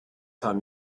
time